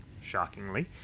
Shockingly